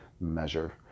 measure